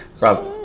rob